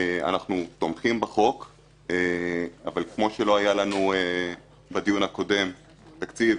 אנחנו תומכים בחוק אבל כמו שלא היה לנו בדיון הקודם תקציב,